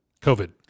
COVID